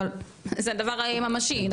אבל זה דבר ממשי לא ערטילאי.